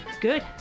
Good